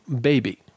baby